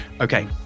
Okay